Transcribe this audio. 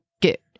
get